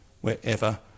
wherever